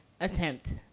Attempt